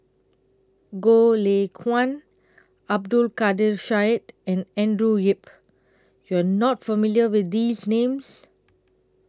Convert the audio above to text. Goh Lay Kuan Abdul Kadir Syed and Andrew Yip YOU Are not familiar with These Names